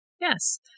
Yes